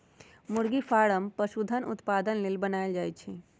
मुरगि फारम पशुधन उत्पादन लेल बनाएल जाय छै